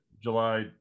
July